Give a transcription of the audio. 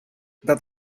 that